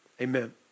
Amen